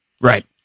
Right